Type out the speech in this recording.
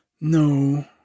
No